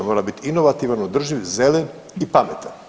Mora biti inovativan, održiv, zelen i pametan.